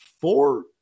four